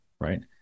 right